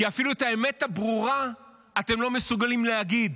כי אפילו את האמת הברורה אתם לא מסוגלים להגיד,